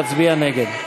יצביע נגד.